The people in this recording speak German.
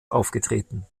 aufgetreten